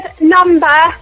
number